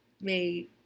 made